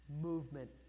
movement